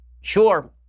sure